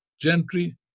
gentry